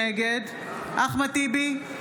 נגד אחמד טיבי,